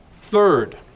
Third